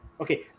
Okay